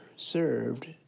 Served